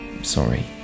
sorry